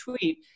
tweet